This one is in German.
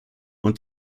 und